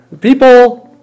People